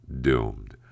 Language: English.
doomed